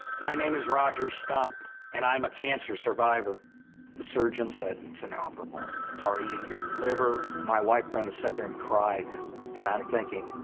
my name is roger stump, and i'm a cancer survivor. the surgeon said it's inoperable. it's already in your liver. my wife, brenda, sat there and cried and i'm thinking,